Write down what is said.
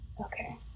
Okay